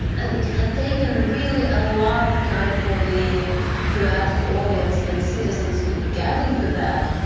and it had taken really a lot of time for the u. s. audience and citizens to get into that.